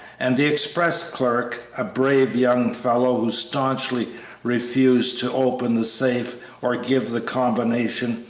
and the express clerk, a brave young fellow who stanchly refused to open the safe or give the combination,